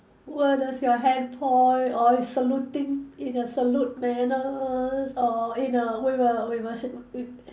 what is your hand point or is saluting in a salute manners or you know with a with a s~ err